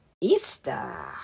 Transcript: Easter